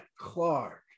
Clark